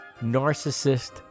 narcissist